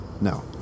no